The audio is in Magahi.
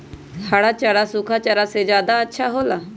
हरा चारा सूखा चारा से का ज्यादा अच्छा हो ला?